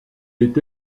est